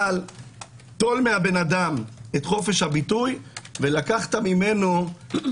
אבל טול מבן אדם את חופש הביטוי ונטלת ממנו את טעם החיים.